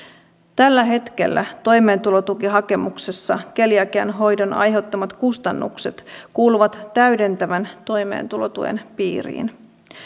tällä hetkellä toimeentulotukihakemuksessa keliakian hoidon aiheuttamat kustannukset kuuluvat täydentävän toimeentulotuen piiriin